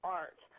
art